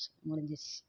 முடிஞ்சிடுச்சு